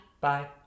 Bye